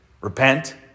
Repent